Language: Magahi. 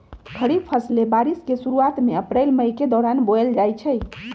खरीफ फसलें बारिश के शुरूवात में अप्रैल मई के दौरान बोयल जाई छई